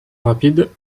rapide